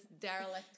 derelict